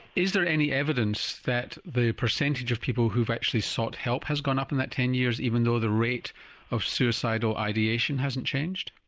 is there any evidence that the percentage of people who've actually sought help has gone up in that ten years even though the rate of suicidal ideation hasn't changed?